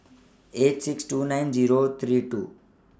eight six two nine Zero three two